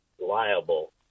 liable